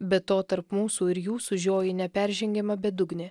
be to tarp mūsų ir jūsų žioji neperžengiama bedugnė